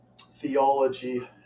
theology